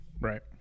Right